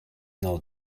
they’ll